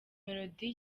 melody